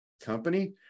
company